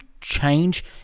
change